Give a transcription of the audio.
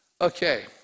Okay